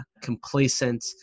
complacent